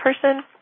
person